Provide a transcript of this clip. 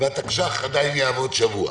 והתקש"ח עדיין יעבוד שבוע.